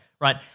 right